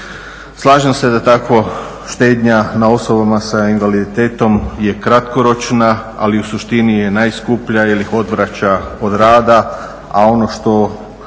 Slažem se da tako štednja na osobama sa invaliditetom je kratkoročna, ali u suštini je najskuplja jer ih odvraća od rata, a ono što